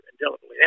indelibly